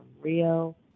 Rio